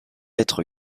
être